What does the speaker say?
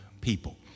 people